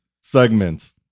segments